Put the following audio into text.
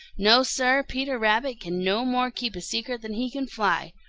no, sir, peter rabbit can no more keep a secret than he can fly.